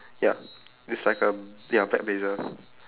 ya it's like a ya black blazer